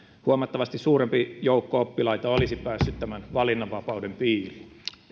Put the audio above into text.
huomattavasti suurempi joukko oppilaita olisi päässyt tämän valinnanvapauden piiriin